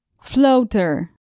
Floater